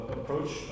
approach